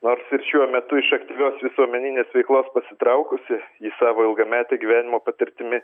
nors ir šiuo metu iš aktyvios visuomeninės veiklos pasitraukusi ji savo ilgamete gyvenimo patirtimi